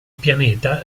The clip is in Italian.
pianeta